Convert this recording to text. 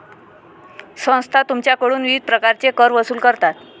संस्था तुमच्याकडून विविध प्रकारचे कर वसूल करतात